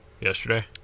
yesterday